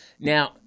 now